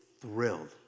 thrilled